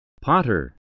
Potter